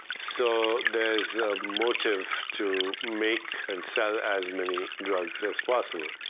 so there's a motive to make and sell as many drugs as possible.